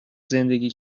زندگی